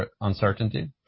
uncertainty